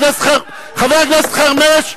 חבר הכנסת חרמש.